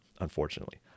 unfortunately